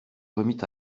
remit